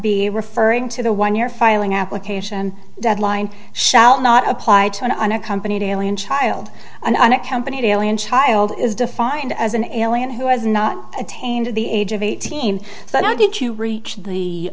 be referring to the one you're filing application deadline shall not apply to an unaccompanied alien child an unaccompanied alien child is defined as an alien who has not attained to the age of eighteen but i did you reach the